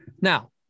Now